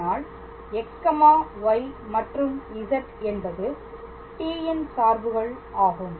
ஆனால் x y மற்றும் z என்பது t ன் சார்புகள் ஆகும்